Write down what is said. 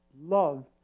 love